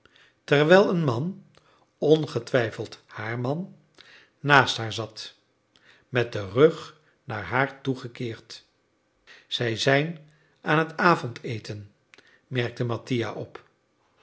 terwijl een man ongetwijfeld haar man naast haar zat met den rug naar haar toegekeerd zij zijn aan het avondeten merkte mattia op